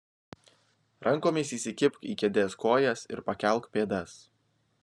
rankomis įsikibk į kėdės kojas ir pakelk pėdas